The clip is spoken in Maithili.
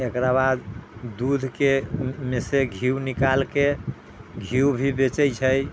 एकराबाद दूधके मे सँ घियु निकालिके घियु भी बेचै छै